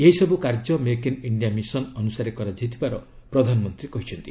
ଏହି ସବୁ କାର୍ଯ୍ୟ ମେକ୍ ଇନ୍ ଇଣ୍ଡିଆ ମିଶନ୍ ଅନୁସାରେ କରାଯାଇଥିବାର ପ୍ରଧାନମନ୍ତ୍ରୀ କହିଛନ୍ତି